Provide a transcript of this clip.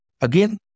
again